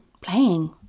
playing